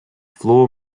floor